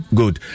good